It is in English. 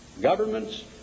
governments